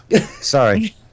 Sorry